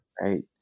right